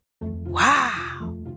Wow